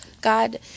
God